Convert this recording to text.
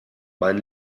mein